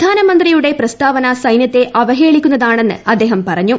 പ്രധാനമന്ത്രിയുടെ പ്രസ്താവന സൈന്യത്തെ അവഹേളിക്കുന്നതാണെന്ന് അദ്ദേഹം പറഞ്ഞു